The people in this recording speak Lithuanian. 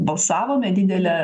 balsavome didelę